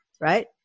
right